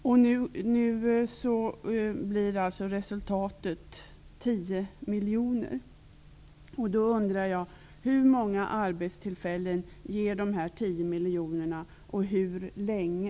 Nu blir resultatet alltså 10 miljoner kronor. Jag undrar hur många arbetstillfällen dessa 10 miljoner ger, och hur länge.